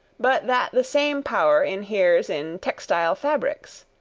but that the same power inheres in textile fabrics.